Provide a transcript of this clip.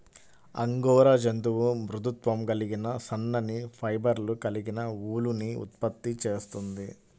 angora జంతువు మృదుత్వం కలిగిన సన్నని ఫైబర్లు కలిగిన ఊలుని ఉత్పత్తి చేస్తుంది